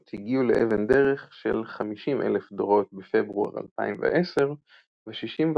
הגיעו לאבן-דרך של 50,000 דורות בפברואר 2010 ו-65,000